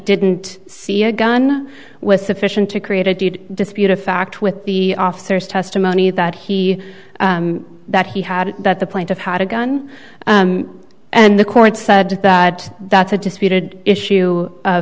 didn't see a gun was sufficient to create a deed dispute a fact with the officer's testimony that he that he had that the plaintiff had a gun and the court said that that's a disputed issue of